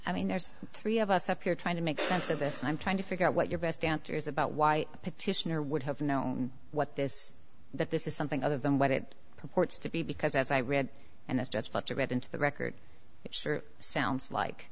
i mean there's three of us up here trying to make sense of this and i'm trying to figure out what your best answers about why petitioner would have known what this that this is something other than what it purports to be because as i read and it's just got to read into the record sounds like